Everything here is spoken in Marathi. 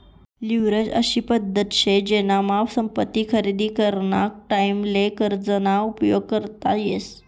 लिव्हरेज अशी पद्धत शे जेनामा संपत्ती खरेदी कराना टाईमले कर्ज ना उपयोग करता येस